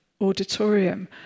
auditorium